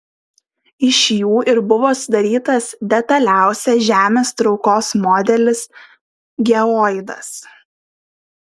iš jų ir buvo sudarytas detaliausias žemės traukos modelis geoidas